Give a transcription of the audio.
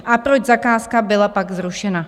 A proč zakázka byla pak zrušena?